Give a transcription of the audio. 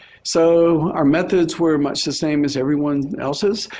so, our methods were much the same as everyone else's.